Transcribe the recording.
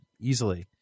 easily